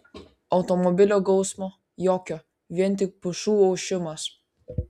automobilių gausmo jokio vien tik pušų ošimas